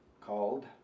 called